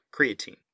creatine